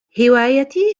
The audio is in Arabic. هوايتي